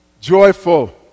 joyful